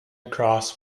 across